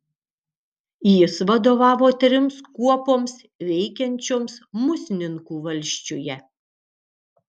jis vadovavo trims kuopoms veikiančioms musninkų valsčiuje